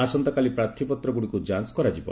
ଆସନ୍ତାକାଲି ପ୍ରାର୍ଥୀପତ୍ର ଗୁଡ଼ିକୁ ଯାଞ୍ଚ କରାଯିବ